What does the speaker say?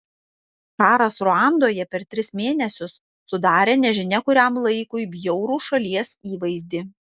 karas ruandoje per tris mėnesius sudarė nežinia kuriam laikui bjaurų šalies įvaizdį